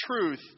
truth